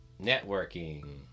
networking